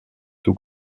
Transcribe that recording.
tout